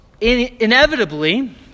inevitably